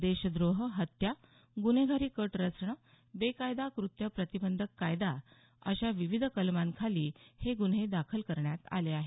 देशद्रोह हत्या गुन्हेगारी कट रचणं बेकायदा कृत्य प्रतिबंधक कायदा अशा विविध कलमांखाली हे गुन्हे दाखल करण्यात आले आहेत